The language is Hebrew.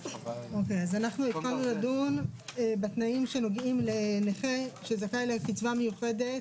התחלנו לדון בתנאים שנוגעים לנכה שזכאי לקצבה מיוחדת.